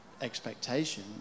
expectation